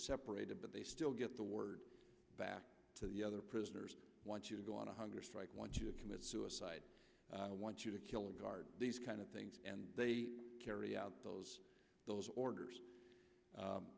separated but they still get the word back to the other prisoners want to go on a hunger strike want to commit suicide want to kill a guard these kind of things and they carry out those those orders